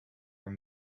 were